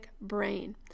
brain